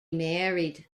married